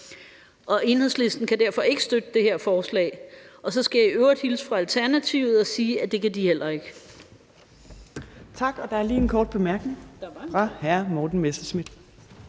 Enhedslisten kan derfor ikke støtte det her forslag, og så skal jeg i øvrigt hilse fra Alternativet og sige, at det kan de heller ikke.